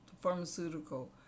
pharmaceutical